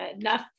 enough